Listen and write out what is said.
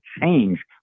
change